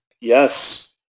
yes